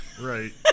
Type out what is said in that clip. Right